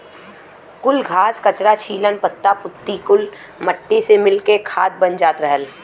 कुल घास, कचरा, छीलन, पत्ता पुत्ती कुल मट्टी से मिल के खाद बन जात रहल